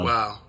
Wow